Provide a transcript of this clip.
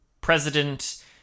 President